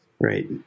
right